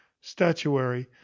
statuary